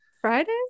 Friday